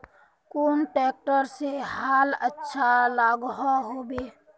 कुन ट्रैक्टर से हाल अच्छा लागोहो होबे?